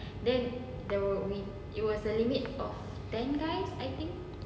the thing right then they will read it was the limit of ten guys I think oh